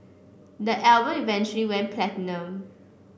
the album eventually went platinum